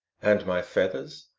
and my feathers?